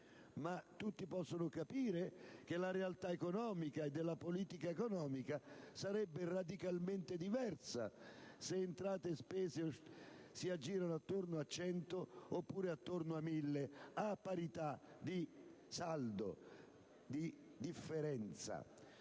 ma tutti possono capire che la realtà economica e della politica economica è radicalmente diversa se entrate e spese si aggirano intorno a 100 oppure attorno a 1.000, a parità di saldo. Perché